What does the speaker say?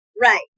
Right